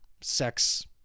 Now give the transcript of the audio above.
sex